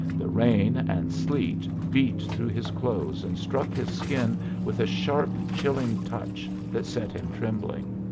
the rain and sleet beat through his clothes, and struck his skin with a sharp, chilling touch that set him trembling.